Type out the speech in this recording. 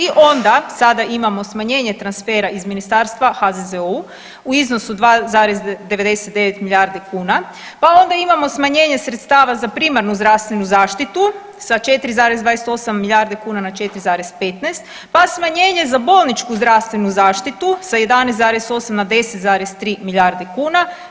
I onda sada imamo smanjenje transfera iz Ministarstva HZZO-u u iznosu 2,99 milijardi kuna, pa onda imamo smanjenje sredstava za primarnu zdravstvenu zaštitu sa 4,28 milijarde kuna na 4,15, pa smanjenje za bolničku zdravstvenu zaštitu sa 11,8 na 10,3 milijarde kuna.